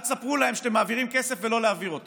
אל תספרו להם שאתם מעבירים כסף ולא תעבירו אותו.